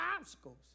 obstacles